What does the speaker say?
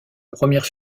première